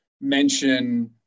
mention